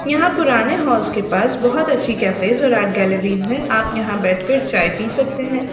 یہاں پرانے ہالس کے پاس بہت اچھی کیفیز اور آرٹ گیلریز ہیں آپ یہاں بیٹھ کر چائے پی سکتے ہیں